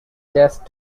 just